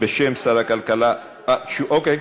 בשם שר הכלכלה, אוקיי,